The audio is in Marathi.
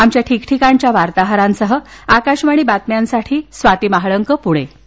आमच्या ठिकठिकाणच्या वार्ताहरांसह आकाशवाणी बातम्यांसाठी स्वाती महाळंक प्णे